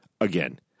again